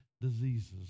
diseases